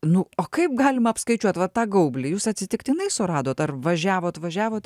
nu o kaip galima apskaičiuot va tą gaublį jūs atsitiktinai suradot ar važiavot važiavot